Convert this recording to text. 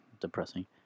depressing